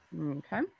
Okay